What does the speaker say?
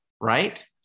right